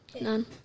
None